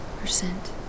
percent